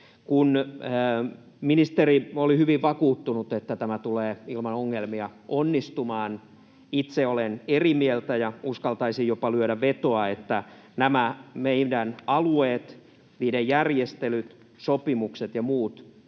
Kun ministeri oli hyvin vakuuttunut, että tämä tulee ilman ongelmia onnistumaan, itse olen eri mieltä ja uskaltaisin jopa lyödä vetoa, että nämä meidän alueet, niiden järjestelyt, sopimukset ja monet